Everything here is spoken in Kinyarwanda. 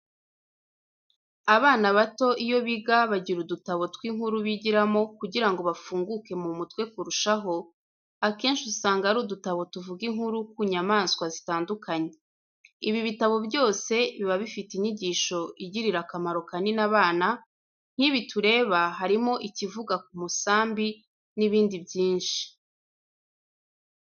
Abana bato iyo biga bagira udutabo tw'inkuru bigiramo kugira ngo bafunguke mu mutwe kurushaho, akenshi usanga ari udutabo tuvuga inkuru ku nyamaswa zitandukanye, ibi bitabo byose biba bifite inyigisho igirira akamaro kanini abana, nk'ibi tureba, harimo ikivuga k'umusambi n'ibindi byinshi.